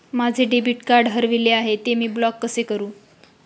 माझे debit card हरविले आहे, ते मी ब्लॉक कसे करु?